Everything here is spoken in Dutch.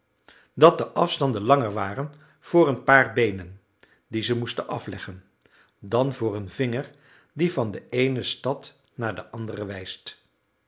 dat de afstanden langer waren voor een paar beenen die ze moesten afleggen dan voor een vinger die van de eene stad naar de andere wijst